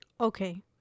okay